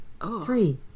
Three